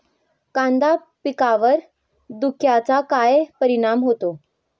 कांदा पिकावर धुक्याचा काय परिणाम होतो?